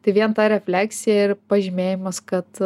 tai vien refleksija ir pažymėjimas kad